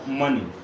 money